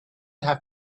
have